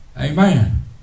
amen